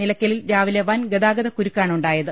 നിലയ്ക്കലിൽ രാവിലെ വൻ ഗതാഗതക്കുരുക്കാണ് ഉണ്ടായത്